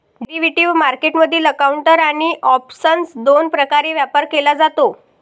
derivative मार्केटमधील counter आणि option दोन प्रकारे व्यापार केला जातो